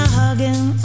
hugging